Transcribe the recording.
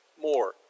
more